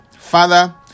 Father